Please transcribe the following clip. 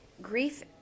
Grief